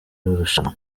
irushanwa